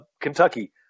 Kentucky